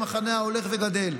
המחנה ההולך וגדל.